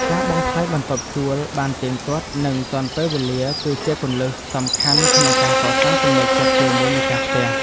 ការបង់ថ្លៃបន្ទប់ជួលបានទៀងទាត់និងទាន់ពេលវេលាគឺជាគន្លឹះសំខាន់ក្នុងការកសាងទំនុកចិត្តជាមួយម្ចាស់ផ្ទះ។